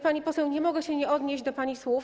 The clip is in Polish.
Pani poseł, nie mogę się nie odnieść do pani słów.